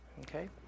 Okay